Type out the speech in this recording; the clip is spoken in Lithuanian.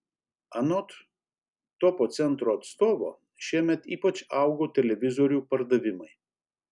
anot topo centro atstovo šiemet ypač augo televizorių pardavimai